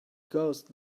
ghost